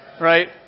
right